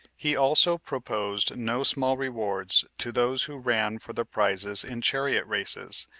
he also proposed no small rewards to those who ran for the prizes in chariot races,